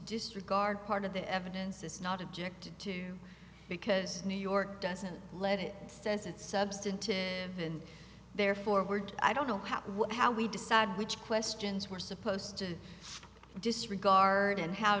disregard part of the evidence it's not object to because new york doesn't let it says it's substantive and they're forward i don't know how what how we decide which questions we're supposed to disregard and how